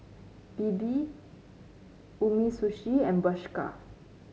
Bebe Umisushi and Bershka